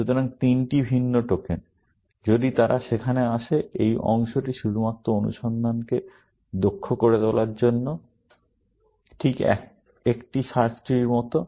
সুতরাং তিনটি ভিন্ন টোকেন যদি তারা সেখানে আসে এই অংশটি শুধুমাত্র অনুসন্ধানকে দক্ষ করে তোলার জন্য ঠিক একটি সার্চ ট্রির মতো